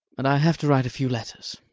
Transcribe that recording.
and i have to write a few letters.